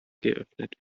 geöffnet